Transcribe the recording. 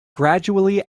gradually